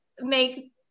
make